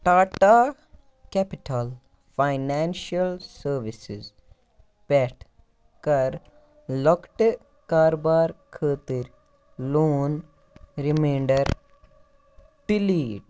Tata capital financial services پٮ۪ٹھ کَر لۄکٹہِ کارٕبارٕ خٲطرٕ لون رِمینٛڑر ڈیلیٖٹ